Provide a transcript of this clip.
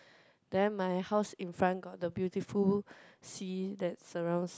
then my house in front got the beautiful sea that surrounds